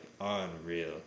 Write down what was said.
unreal